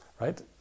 right